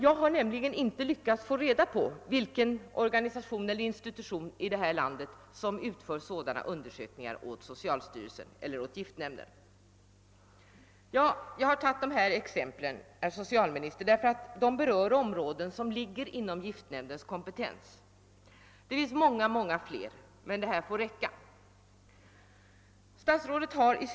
Jag har nämligen inte lyckats få reda på vilken organisation eller institution här i landet som utför sådana undersökningar åt giftnämnden. Jag har tagit dessa exempel, herr socialminister, därför att de berör områden som ligger inom giftnämndens kompetens. Jag skulle kunna ta många fler exempel, men det får räcka med de anförda.